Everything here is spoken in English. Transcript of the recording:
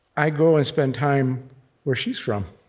i go and spend time where she's from.